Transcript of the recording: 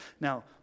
Now